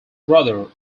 brother